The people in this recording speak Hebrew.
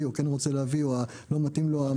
או כן רוצה להביא או לא יתאים לו המחירים.